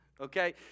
Okay